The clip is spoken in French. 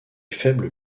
faibles